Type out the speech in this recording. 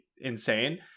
insane